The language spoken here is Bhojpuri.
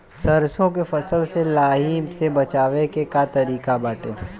सरसो के फसल से लाही से बचाव के का तरीका बाटे?